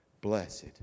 Blessed